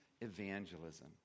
evangelism